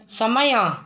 ସମୟ